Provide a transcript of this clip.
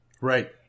Right